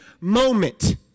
moment